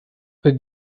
oder